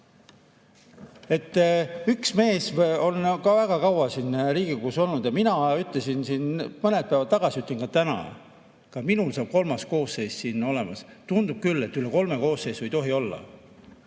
Üks mees on ka väga kaua siin Riigikogus olnud. Mina ütlesin siin mõned päevad tagasi ja ütlen ka täna: minul saab kolmas koosseis siin olla ja tundub küll, et üle kolme koosseisu ei tohi siin